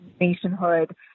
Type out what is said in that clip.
nationhood